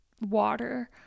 water